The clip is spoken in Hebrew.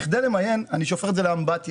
כדי למיין, אני שופך את זה לאמבטיה.